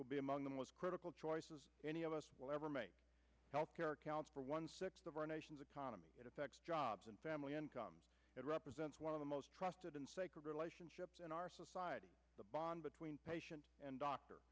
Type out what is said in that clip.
will be among them was critical choices any of us will ever make health care accounts for one sixth of our nation's economy it affects jobs and family incomes it represents one of the most trusted and sacred relationships in our society the bond between patient and doctor